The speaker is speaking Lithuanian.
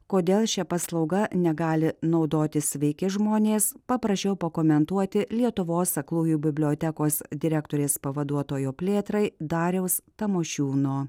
kodėl šia paslauga negali naudotis sveiki žmonės paprašiau pakomentuoti lietuvos aklųjų bibliotekos direktorės pavaduotojo plėtrai dariaus tamošiūno